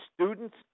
students